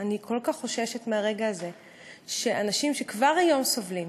אני כל כך חוששת מהרגע הזה שאנשים שכבר היום סובלים,